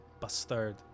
bastard